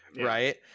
right